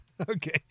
Okay